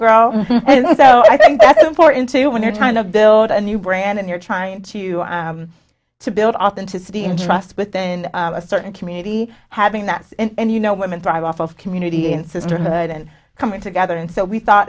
and so i think that's important too when you're trying to build a new brand and you're trying to to build authenticity in trust within a certain community having that and you know women thrive off of community and sisterhood and coming together and so we thought